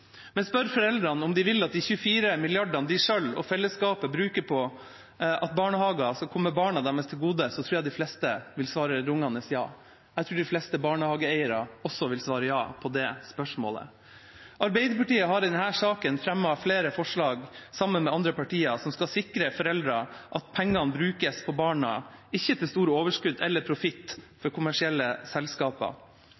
Men spør man foreldrene om de vil at de 24 mrd. kr de selv og fellesskapet bruker på barnehager, skal komme barna deres til gode, tror jeg de fleste vil svare et rungende ja. Jeg tror de fleste barnehageeiere også vil svare ja på det spørsmålet. Arbeiderpartiet har i denne saken fremmet flere forslag sammen med andre partier som skal forsikre foreldrene om at pengene brukes på barna – ikke til store overskudd eller profitt